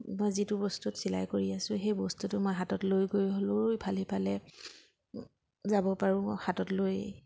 বা যিটো বস্তুত চিলাই কৰি আছো সেই বস্তুটো মই হাতত লৈ গৈ হ'লেও এইফালে সিফালে যাব পাৰোঁ হাতত লৈ